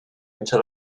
into